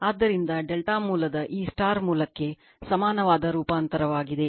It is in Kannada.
ಆದ್ದರಿಂದ ಡೆಲ್ಟಾ ಮೂಲದ ಈ Star ಮೂಲಕ್ಕೆ ಸಮಾನವಾದ ರೂಪಾಂತರವಾಗಿದೆ